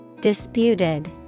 Disputed